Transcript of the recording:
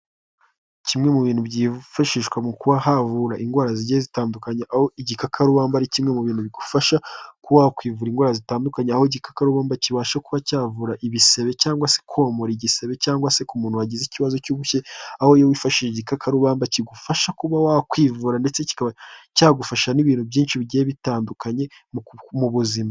Kimwe mu bintu byifashishwa mu kuba havura indwara zigiye zitandukanye, aho igikarubamba ari kimwe mu bintu bigufasha kuba wakwivura indwara zitandukanye, aho igikakarubamba kibasha kuba cyavura ibisebe cyangwa se komora igisebe cyangwa se ku muntu wagize ikibazo cy'ubushye, aho iyo wifashishije igikakarubamba kigufasha kuba wakwivura ndetse kikaba cyagufasha ibintu byinshi bigiye bitandukanye mu buzima.